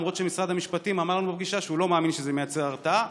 למרות שמשרד המשפטים אמר לנו בפגישה שהוא לא מאמין שזה מייצר הרתעה.